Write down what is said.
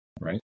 right